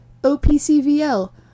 OPCVL